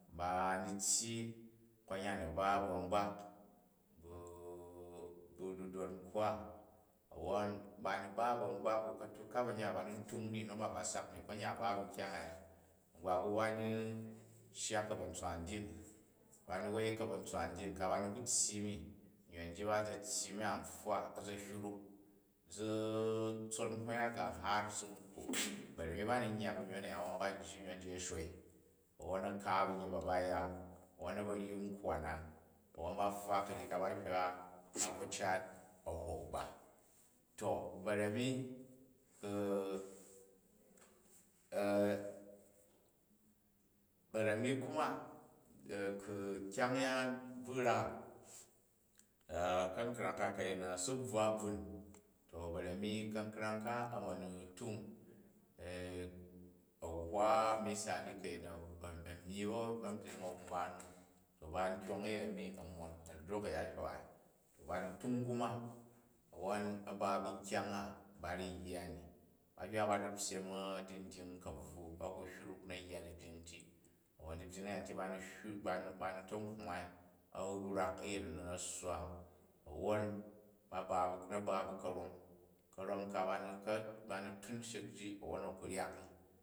Ba ni tyyi konyan a̱ ba ba̱ a̱ngbak ba dudon nkwa, awwan ba ni ba bu angbak u̱ ka̱tuk ka ba̱nget ba ba ni n tung ni nom a ba sak ni ko̱nyan a ba bu nkyang a̱ya. A̱ngbak u, ba ni shya ka̱ba̱ntswa dyik, ba ni wei ka̱ba̱ntswa dyik ka, ba ni ku tyyi mi, nyin ji ba za̱ tyyi mi an pfwa a̱ za̱ hyruk zi tsot uhwyak a hoor a̱ si n kwu ba̱rami ba ni niyya ba nyon aya, wovon ba jyi nyon ji a shoi awwon a̱ ka banyet ba, ba ya a̱wwon a̱ ba̱ ryi nkwa na, awwon ba pfwa ka̱ryi ka, ba hywa, ba bvo cat a̱ hok ba. To ba̱rami ku̱ bu̱ra̱ni kinna ku̱ kipang yaan bvu ra ka̱nkrang ka ku̱ ayi a̱ si bvwa a̱vun to barani ka̱nkong a̱ma tung a̱ hwa̱ wusali ku̱ a̱yin a̱ nyyi bu a̱nbyring awamba nu to ba n tyong a̱yemi a̱mon, ku̱ a̱ drok a̱ ya hywaai to bain tung kuma a̱wwo a̱ ba bu nkyang a ba ru̱ yya ni, ba hywa di ba ru, pyyem a̱dijin dying bakvwu a̱ ku, drynik na̱ yya dibying ti, a̱wwon dibying a̱ya nti ba hywu, bani ta ahwai, a̱ wrak a̱yin nu, na̱ sswa wwon na̱ ba ba ka̱rom, ka̱rom ka bani tun shik jo awwon a ku ryak